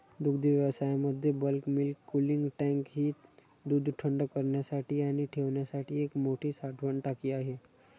दुग्धव्यवसायामध्ये bulk milk cooling tank ही दूध थंड करण्यासाठी आणि ठेवण्यासाठी एक मोठी साठवण टाकी आहे